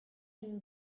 been